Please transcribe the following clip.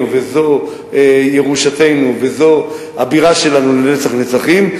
וזו ירושתנו וזו הבירה שלנו לנצח נצחים,